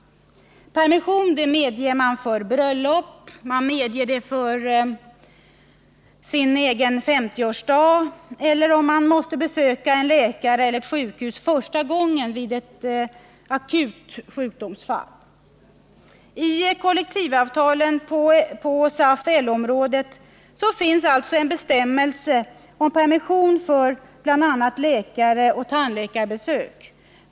Permission medges för eget bröllop, egen 50-årsdag eller om man måste besöka en läkare eller ett sjukhus första gången vid akut sjukdom. I kollektivavtalen på SAF-LO-området finns alltså en bestämmelse om permission för bl.a. läkaroch tandläkarbesök.